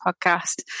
Podcast